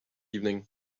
evening